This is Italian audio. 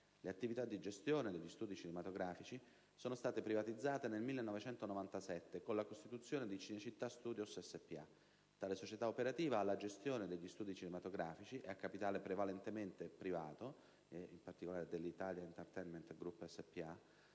Le attività di gestione degli studi cinematografici sono state privatizzate nel 1997 con la costituzione di Cinecittà Studios SpA. Tale società operativa ha la gestione degli studi cinematografici ed è a capitale prevalentemente privato (della Italian Entertainment Group SpA);